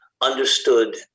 understood